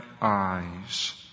eyes